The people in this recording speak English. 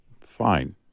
fine